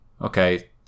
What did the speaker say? Okay